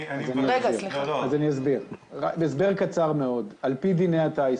אני אסביר הסבר קצר מאוד: לפי דיני הטיס,